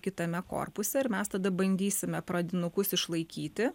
kitame korpuse ir mes tada bandysime pradinukus išlaikyti